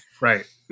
Right